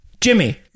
Jimmy